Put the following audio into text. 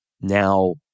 now